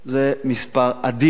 זה מספר אדיר,